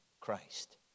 Christ